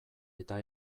eta